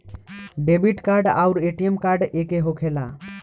Debit card आउर ATM card एके होखेला?